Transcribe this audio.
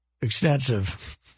Extensive